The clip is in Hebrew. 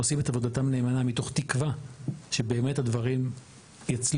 עושים את עבודתם נאמנה מתוך תקווה שבאמת הדברים יצליחו.